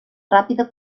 ràpida